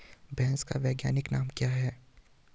भैंस का वैज्ञानिक नाम क्या है?